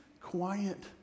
quiet